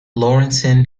lawrence